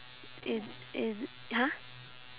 in in !huh!